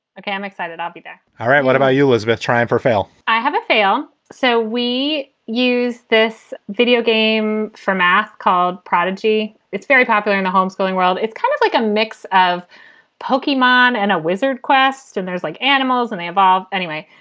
i'm excited. i'll be back all right. what about you? is worth trying for fail i have a fail. so we use this video game for math called prodigy. it's very popular in the homeschooling world. it's kind of like a mix of pokey mohn and a wizard quest. and there's like animals and they evolve. anyway,